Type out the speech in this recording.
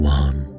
one